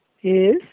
Yes